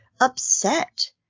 upset